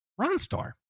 Ronstar